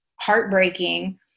heartbreaking